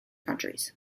countries